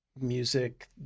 music